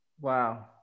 Wow